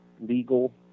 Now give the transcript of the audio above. legal